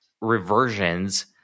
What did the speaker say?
reversions